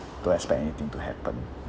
don't expect anything to happen